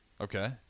okay